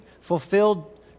fulfilled